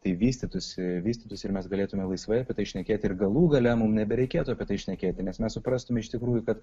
tai vystytųsi vystytųsi ir mes galėtume laisvai apie tai šnekėti ir galų gale mums nebereikėtų apie tai šnekėti nes mes suprastume iš tikrųjų kad